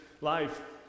life